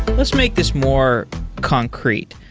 let's make this more concrete.